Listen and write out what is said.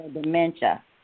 dementia